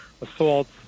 assaults